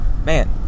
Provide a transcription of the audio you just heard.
Man